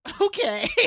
Okay